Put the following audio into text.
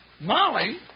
Molly